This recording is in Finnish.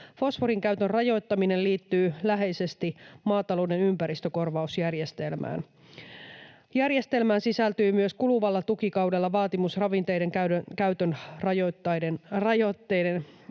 Fosforin käytön rajoittaminen liittyy läheisesti maatalouden ympäristökorvausjärjestelmään. Järjestelmään sisältyy myös kuluvalla tukikaudella vaatimus ravinteiden käytön rajoitteiden